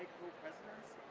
co-presidents